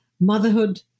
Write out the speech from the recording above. motherhood